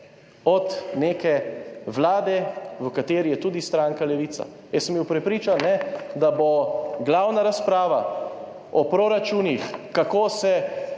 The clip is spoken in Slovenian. od neke vlade, v kateri je tudi stranka Levica. Jaz sem bil prepričan, da bo glavna razprava o proračunih, kako se